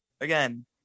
Again